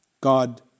God